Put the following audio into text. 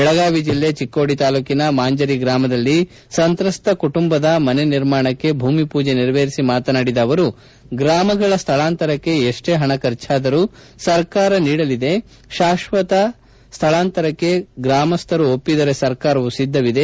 ಬೆಳಗಾವಿ ಜಿಲ್ಲೆ ಚಿಕ್ಕೋಡಿ ತಾಲ್ಲೂಕಿನ ಮಾಂಜರಿ ಗ್ರಾಮದಲ್ಲಿ ಸಂತ್ರಸ್ತ ಕುಟುಂಬದ ಮನೆ ನಿರ್ಮಾಣಕ್ಕೆ ಭೂಮಿಪೂಜೆ ನೆರವೇರಿಸಿ ಮಾತನಾಡಿದ ಅವರು ಗ್ರಾಮಗಳ ಸ್ವಳಾಂತರಕ್ಕೆ ಎಷ್ಷೇ ಪಣ ಖರ್ಚಾದರೂ ಸರ್ಕಾರ ನೀಡಲಿದೆ ಶಾಶ್ವತ ಸ್ವಳಾಂತರಕ್ಕೆ ಗ್ರಾಮಸ್ವರು ಒಪ್ಪಿದರೆ ಸರ್ಕಾರವು ಸಿದ್ದವಿದೆ